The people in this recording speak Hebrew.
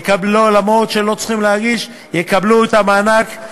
אף שלא צריכים להגיש, יקבלו את המענק,